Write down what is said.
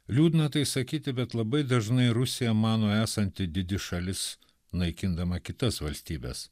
liūdna tai sakyti bet labai dažnai rusija mano esanti didi šalis naikindama kitas valstybes